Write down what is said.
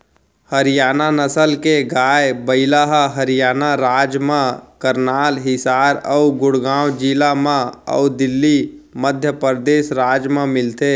हरियाना नसल के गाय, बइला ह हरियाना राज म करनाल, हिसार अउ गुड़गॉँव जिला म अउ दिल्ली, मध्य परदेस राज म मिलथे